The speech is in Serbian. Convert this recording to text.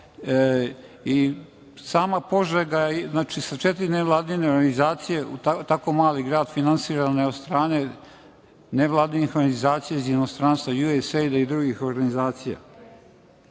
Sama Požega sa četiri nevladine organizacije, tako mali grad, finansirane od strane nevladinih organizacija iz inostranstva USAID i drugih organizacija. Smatram